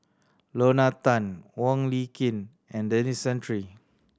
Lorna Tan Wong Lin Ken and Denis Santry